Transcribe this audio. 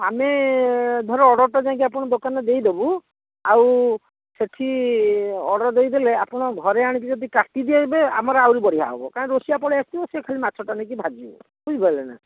ଆମେ ଧର ଅର୍ଡ଼ର୍ ଟା ଯାଇକି ଆପଣଙ୍କ ଦୋକାନରେ ଦେଇଦେବୁ ଆଉ ସେଠି ଅର୍ଡ଼ର୍ ଦେଇଦେଲେ ଆପଣ ଘରେ ଆଣିକି ଯଦି କାଟିଦେବେ ଆମର ଆହୁରି ବଢ଼ିଆ ହେବ କାଇଁ ରୋଷେଇଆ ପଳେଇ ଆସିଥିବ ସେ ଖାଲି ମାଛଟା ନେଇକି ଭାଜିବ ବୁଝି ପାରିଲେ ନା